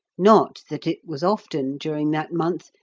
not that it was often, during that month,